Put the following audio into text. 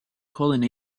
calling